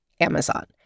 Amazon